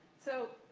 so,